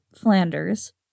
Flanders